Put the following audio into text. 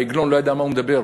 העגלון לא ידע מה הוא מדבר,